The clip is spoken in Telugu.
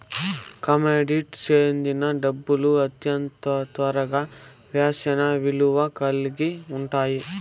కమోడిటీకి సెందిన డబ్బులు అంతర్గతంగా శ్యానా విలువ కల్గి ఉంటాయి